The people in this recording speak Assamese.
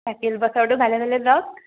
থাকিল বছৰটো ভালে ভালে যাওঁক